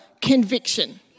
conviction